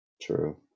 true